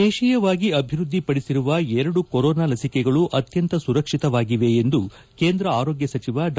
ದೇತೀಯವಾಗಿ ಅಭಿವ್ಯದ್ಲಿಪಡಿಸಿರುವ ಎರಡು ಕೊರೋನಾ ಲಸಿಕೆಗಳು ಆತ್ಸಂತ ಸುರಕ್ಷಿತವಾಗಿದೆ ಎಂದು ಕೇಂದ್ರ ಆರೋಗ್ಗ ಸಚಿವ ಡಾ